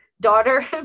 daughter